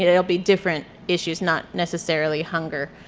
you know it'll be different issues, not necessarily hunger.